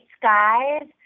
skies